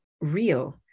real